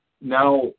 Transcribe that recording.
now